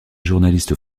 journaliste